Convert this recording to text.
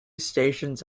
stations